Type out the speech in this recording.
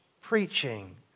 preaching